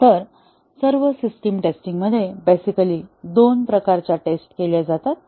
तर सर्व system testing मध्ये बेसिकली दोन प्रकारच्या टेस्ट केल्या जातात